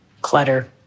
Clutter